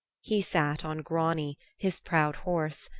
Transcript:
he sat on grani, his proud horse,